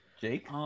Jake